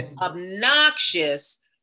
obnoxious